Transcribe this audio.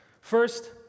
first